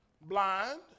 blind